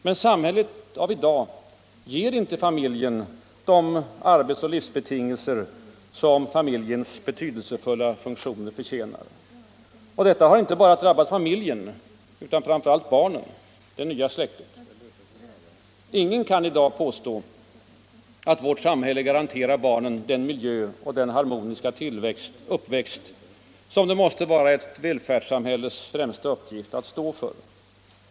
Men samhället av i dag ger inte familjen de arbetsoch livsbetingelser som familjens betydelsefulla funktioner förtjänar. Och detta har inte bara drabbat familjen utan framför allt barnen, det nya släktet. Ingen kan i dag påstå att vårt samhälle garanterar barnen den miljö och den harmoniska uppväxt som det måste vara ett välfärdssamhälles främsta uppgift att stå för.